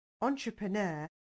entrepreneur